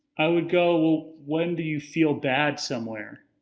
i would go, well, when do you feel bad somewhere?